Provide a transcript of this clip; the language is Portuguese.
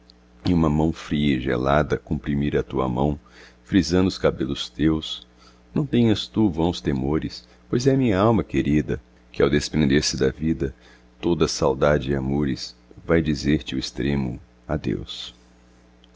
uma mão fria e gelada comprimir a tua mão frisando os cabelos teus não tenhas tu vãos temores pois é minhalma querida que ao desprender-se da vida toda saudade e amores vai dizer-te o extremo adeus